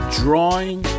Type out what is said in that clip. drawing